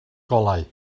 golau